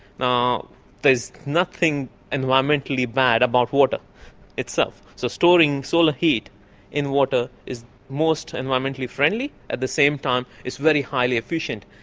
there is nothing environmentally bad about water itself. so storing solar heat in water is most environmentally friendly. at the same time it's very highly efficient.